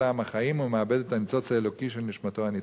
טעם החיים ומאבד את הניצוץ האלוקי של נשמתו הנצחית.